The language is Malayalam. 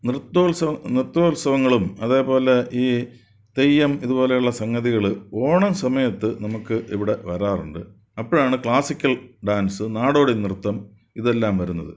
നൃത്തോത്സവം നൃത്തോത്സവങ്ങളും അതേപോലെ ഈ തെയ്യം ഇതുപോലെയുള്ള സംഗതികൾ ഓണം സമയത്ത് നമുക്ക് ഇവിടെ വരാറുണ്ട് അപ്പോഴാണ് ക്ലാസിക്കൽ ഡാൻസ് നാടോടിനൃത്തം ഇതെല്ലാം വരുന്നത്